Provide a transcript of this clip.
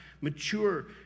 mature